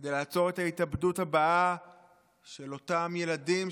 כדי לעצור את ההתאבדות הבאה של אותם ילדים,